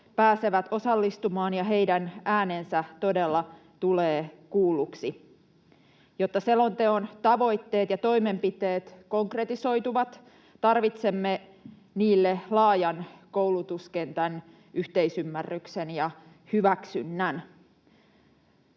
pääsevät osallistumaan ja heidän äänensä todella tulee kuulluksi. Jotta selonteon tavoitteet ja toimenpiteet konkretisoituvat, tarvitsemme niille laajan koulutuskentän yhteisymmärryksen ja hyväksynnän.